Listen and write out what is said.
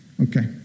Okay